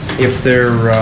if there